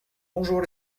bonjour